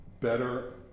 better